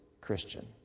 Christian